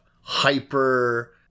hyper